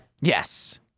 Yes